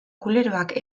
kuleroak